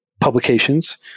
publications